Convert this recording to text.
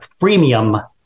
freemium